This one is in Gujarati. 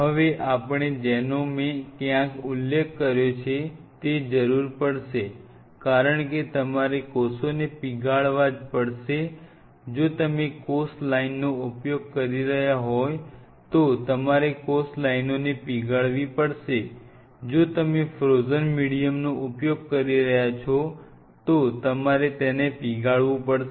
હવે આપ ણે જેનો મેં ક્યાંક ઉલ્લેખ કર્યો છે તે જરૂર પડશે કારણ કે તમારે કોષોને પીગાળવા પડશે જો તમે કોષ લાઇનનો ઉપયોગ કરી રહ્યા હોવ તો તમારે કોષ લાઇનોને પીગાળવી પડશે જો તમે ફ્રોઝન મીડીયમ નો ઉપયોગ કરી રહ્યા છો તો તમારે તેને પીગાળવું પડશે